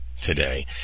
today